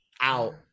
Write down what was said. out